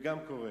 וגם קורא,